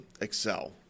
excel